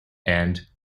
and